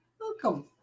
Welcome